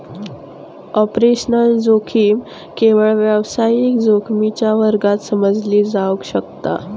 operational जोखीम केवळ व्यावसायिक जोखमीच्या वर्गात समजली जावक शकता